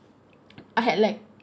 I had like